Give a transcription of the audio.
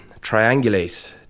triangulate